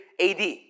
AD